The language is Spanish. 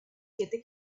siete